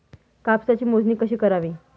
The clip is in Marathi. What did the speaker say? कापसाची मोजणी कशी करावी?